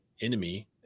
enemy